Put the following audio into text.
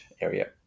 area